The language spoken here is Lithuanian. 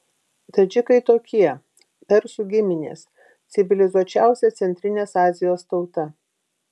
tadžikai tokie persų giminės civilizuočiausia centrinės azijos tauta